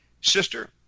Sister